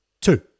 two